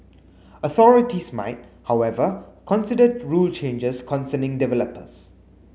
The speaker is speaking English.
authorities might however consider rule changes concerning developers